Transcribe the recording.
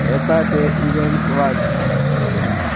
येता ते इव्हेंट्स वाच